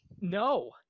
No